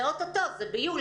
זה או טו טו, זה ביולי.